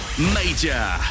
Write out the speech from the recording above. Major